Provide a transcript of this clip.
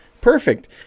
perfect